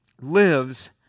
lives